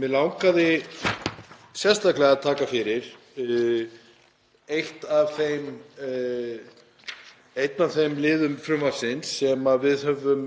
Mig langaði sérstaklega að taka fyrir einn af þeim liðum frumvarpsins sem við höfum